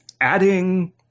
Adding